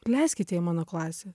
leiskit ją mano klasę